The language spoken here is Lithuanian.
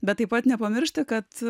bet taip pat nepamiršti kad